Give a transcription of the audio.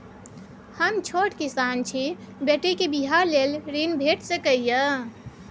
हम छोट किसान छी, बेटी के बियाह लेल ऋण भेट सकै ये?